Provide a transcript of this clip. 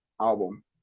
album